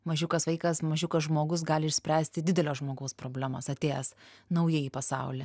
mažiukas vaikas mažiukas žmogus gali išspręsti didelio žmogaus problemas atėjęs į naująjį pasaulį